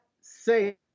say